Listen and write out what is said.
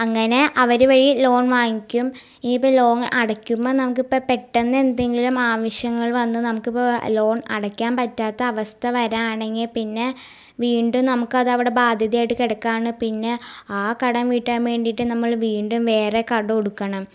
അങ്ങനെ അവർ വഴി ലോൺ വാങ്ങിക്കും ഇനി ഇപ്പം ലോൺ അടയ്ക്കുമ്പോൾ നമുക്ക് ഇപ്പം പെട്ടെന്ന് എന്തെങ്കിലും ആവശ്യങ്ങൾ വന്ന് നമുക്ക് ഇപ്പോൾ ലോൺ അടയ്ക്കാൻ പറ്റാത്ത അവസ്ഥ വരികയാണെങ്കിൽ പിന്നെ വീണ്ടും നമുക്ക് അത് അവിടെ ബാധ്യതയായിട്ട് കിടക്കുകയാണ് പിന്നെ ആ കടം വീട്ടാൻ വേണ്ടിയിട്ട് നമ്മൾ വീണ്ടും വേറെ കടം എടുക്കണം